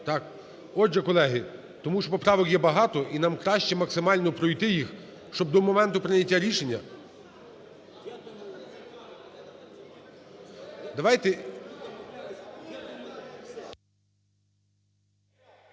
Отже, колеги… Тому що поправок є багато і нам краще максимально пройти їх, щоб до моменту прийняття рішення…